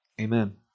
Amen